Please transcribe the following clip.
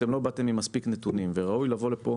אתם לא באתם עם מספיק נתונים וראוי לבוא לפה